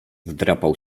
wdrapał